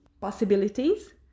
possibilities